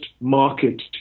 market